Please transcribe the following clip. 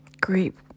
Great